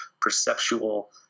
perceptual